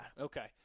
Okay